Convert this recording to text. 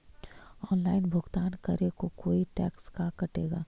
Online भुगतान करे को कोई टैक्स का कटेगा?